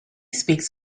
speaks